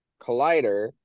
collider